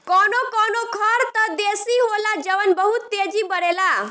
कवनो कवनो खर त देसी होला जवन बहुत तेजी बड़ेला